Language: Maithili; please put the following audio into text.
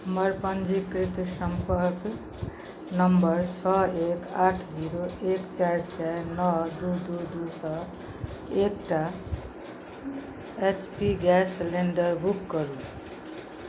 हमर पञ्जीकृत सम्पर्क नंबर छओ एक आठ जीरो एक चारि चारि नओ दू दू दू सँ एकटा H P gas cylinder book करू